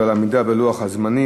ועל העמידה בלוח הזמנים.